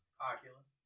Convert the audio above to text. Oculus